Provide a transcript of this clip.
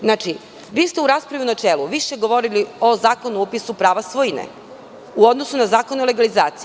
Znači, vi ste u raspravi u načelu, govorili o Zakonu o upisu prava svojine u odnosu na Zakon o legalizaciji.